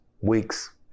weeks